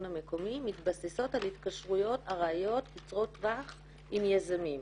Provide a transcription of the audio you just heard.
המקומי מתבססות על התקשרויות ארעיות קצרות טווח עם יזמים.